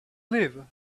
live